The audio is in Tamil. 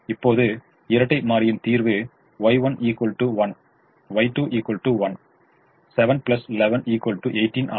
இப்போது இரட்டை மாறியின் தீர்வு Y1 1 Y2 1 7 11 18 ஆகும்